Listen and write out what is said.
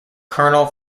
colonel